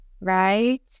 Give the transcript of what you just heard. Right